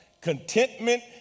Contentment